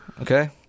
okay